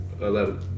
Eleven